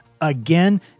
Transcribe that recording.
again